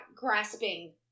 grasping